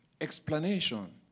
explanation